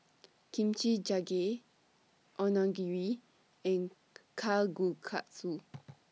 Kimchi Jjigae Onigiri and Kalguksu